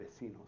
vecinos